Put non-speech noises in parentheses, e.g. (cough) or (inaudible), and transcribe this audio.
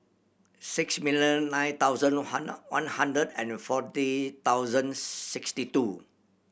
six million nine thousand (unintelligible) one hundred and fourteen thousand sixty two